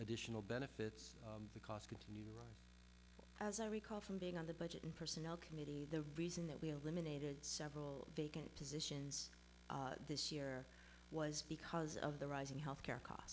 additional benefits the cost continued as i recall from being on the budget and personnel committee the reason that we eliminated several vacant positions this year was because of the rising healthcare costs